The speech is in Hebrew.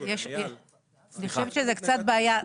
אני חושבת שזאת קצת בעיה.